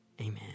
Amen